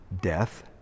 death